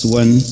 one